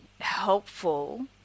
helpful